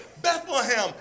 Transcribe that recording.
Bethlehem